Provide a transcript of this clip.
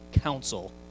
council